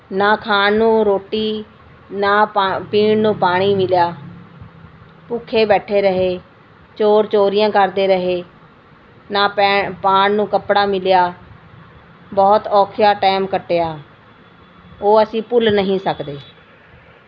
ਨਾ ਖਾਣ ਨੂੰ ਰੋਟੀ ਨਾ ਪ ਪੀਣ ਨੂੰ ਪਾਣੀ ਮਿਲਿਆ ਭੁੱਖੇ ਬੈਠੇ ਰਹੇ ਚੋਰ ਚੋਰੀਆਂ ਕਰਦੇ ਰਹੇ ਨਾ ਪੈ ਪਾਉਣ ਨੂੰ ਕੱਪੜਾ ਮਿਲਿਆ ਬਹੁਤ ਔਖਾ ਟਾਈਮ ਕੱਟਿਆ ਉਹ ਅਸੀਂ ਭੁੱਲ ਨਹੀਂ ਸਕਦੇ